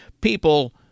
people